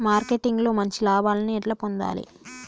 Marketing లో మంచి లాభాల్ని ఎట్లా పొందాలి?